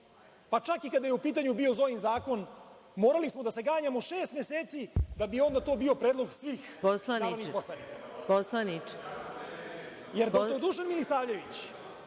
Pa čak i kada je bio u pitanju Zoin zakon morali smo da se ganjamo šest meseci da bi onda to bio predlog svih narodnih poslanika.